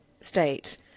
state